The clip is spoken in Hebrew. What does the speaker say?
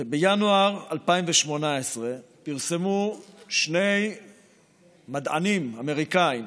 בינואר 2018 פרסמו שני מדענים אמריקאים,